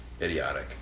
Idiotic